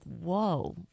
whoa